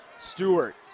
Stewart